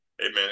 Amen